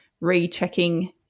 rechecking